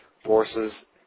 forces